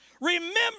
Remember